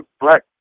black